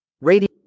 Radio